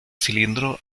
cilindro